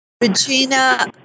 Regina